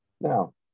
Now